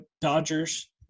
Dodgers